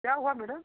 क्या हुआ मैडम